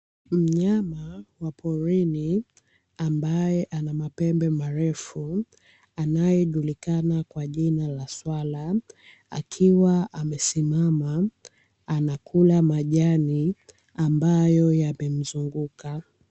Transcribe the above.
Mnyama wa porini ambaye ana mapembe marefu anayejulikana kwa jina la swala, akiwa amesimama anakula majani ambayo yamemzunguka.